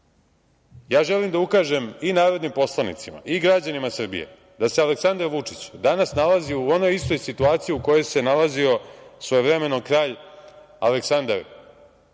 želim da ukažem i narodnim poslanicima i građanima Srbije da se Aleksandar Vučić danas nalazi u onoj istoj situaciji u kojoj se nalazio svojevremeno kralj Aleksandar